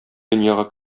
дөньяга